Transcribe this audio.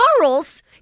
Charles